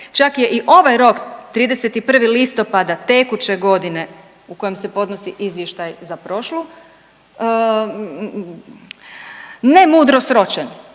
Čak je i ovaj rok 31. listopada tekuće godine u kojem se podnosi izvještaj za prošlu ne mudro sročen.